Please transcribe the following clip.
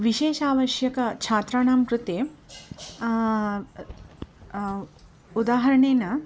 विशेषावश्यकछात्राणां कृते उदाहरणेन